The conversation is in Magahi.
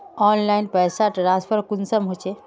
ऑनलाइन पैसा ट्रांसफर कुंसम होचे?